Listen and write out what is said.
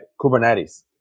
Kubernetes